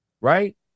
Right